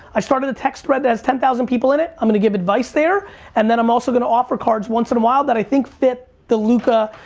i started a text thread that has ten thousand people in it. i'm gonna give advice there and then i'm also gonna offer cards once in awhile that i think fit the luka,